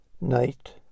Night